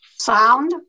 Sound